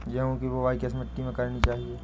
गेहूँ की बुवाई किस मिट्टी में करनी चाहिए?